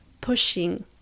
pushing